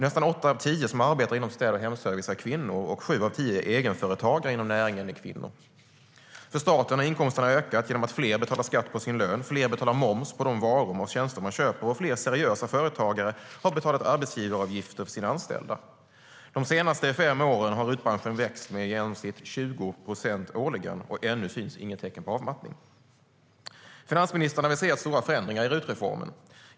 Nästan åtta av tio som arbetar inom städ och hemservice är kvinnor, och sju av tio egenföretagare inom näringen är kvinnor. Finansministern aviserar stora förändringar i RUT-reformen.